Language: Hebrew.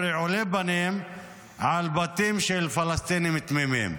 רעולי פנים על בתים של פלסטינים תמימים.